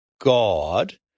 God